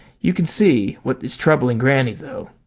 you can see what is troubling granny, though.